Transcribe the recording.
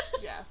yes